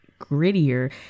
grittier